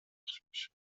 آرامشبخش